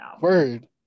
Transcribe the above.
word